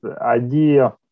idea